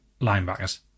linebackers